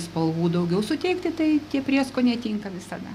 spalvų daugiau suteikti tai tie prieskoniai tinka visada